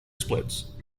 splits